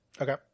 Okay